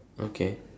okay